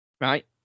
right